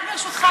רק ברשותך,